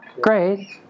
great